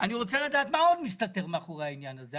אני רוצה לדעת מה עוד מסתתר מאחורי העניין הזה?